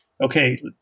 okay